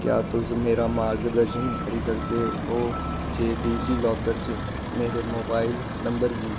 क्या तुस मेरा मार्गदर्शन करी सकदे ओ जे डिजीलॉकर च मेरे मोबाइल नंबर गी